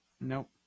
Nope